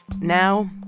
Now